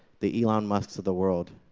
the elon musks of the world.